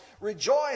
rejoice